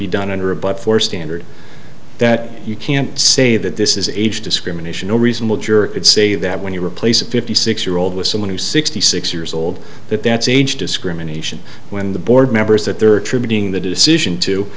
be done under a but for standard that you can't say that this is age discrimination or reasonable juror would say that when you replace a fifty six year old with someone who's sixty six years old that that's age discrimination when the board members that there are attributing the decision to